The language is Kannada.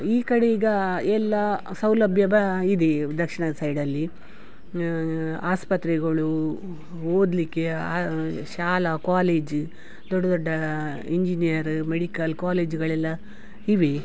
ಈ ಕಡೆ ಈಗ ಎಲ್ಲ ಸೌಲಭ್ಯ ಬಾ ಇದೇ ದಕ್ಷಿಣದ ಸೈಡಲ್ಲಿ ಆಸ್ಪತ್ರೆಗಳು ಓದಲಿಕ್ಕೆ ಶಾಲಾ ಕ್ವಾಲೇಜು ದೊಡ್ಡ ದೊಡ್ಡ ಇಂಜಿನಿಯರು ಮೆಡಿಕಲ್ ಕಾಲೇಜುಗಳೆಲ್ಲ ಇವೆ